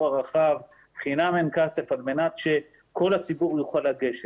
הרחב חינם אין כסף על מנת שכל הציבור יוכל להגיע לשם.